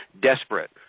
desperate